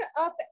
up